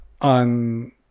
on